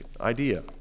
idea